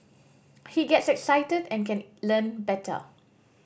he gets excited and can learn better